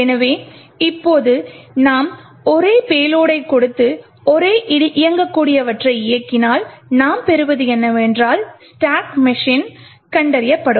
எனவே இப்போது நாம் ஒரே பேலோடை கொடுத்து ஒரே இயங்கக்கூடியவற்றை இயக்கினால் நாம் பெறுவது என்னவென்றால் ஸ்டாக் மெஷின் கண்டறியப்படும்